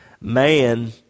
man